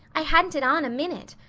i hadn't it on a minute.